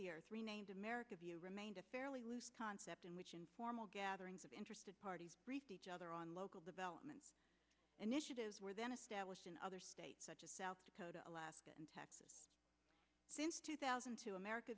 one renamed america view remained a fairly loose concept in which informal gatherings of interested parties briefed each other on local development initiatives were then established in other states such as south dakota alaska and texas since two thousand and two america